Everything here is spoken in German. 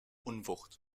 unwucht